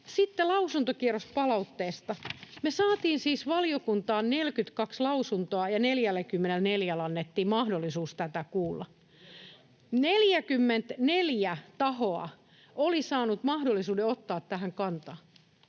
Sitten lausuntokierrospalautteesta. Me saatiin siis valiokuntaan 42 lausuntoa, ja 44:lle annettiin mahdollisuus. [Mauri Peltokangas: Keneltä kaikilta?] 44 tahoa oli saanut mahdollisuuden ottaa tähän kantaa.